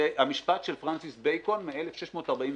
המשפט של פרנסיס בייקון מ-1642: